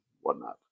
whatnot